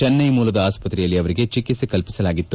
ಚೆನ್ನೈ ಮೂಲದ ಆಸ್ಪತ್ರೆಯಲ್ಲಿ ಅವರಿಗೆ ಚಿಕಿತ್ಸೆ ಕಲ್ಪಿಸಲಾಗಿತ್ತು